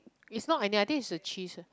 is not onion I think is the cheese